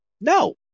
no